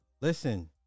Listen